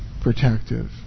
protective